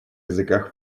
языках